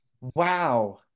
wow